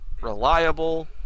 reliable